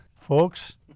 folks